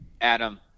Adam